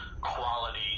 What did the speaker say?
quality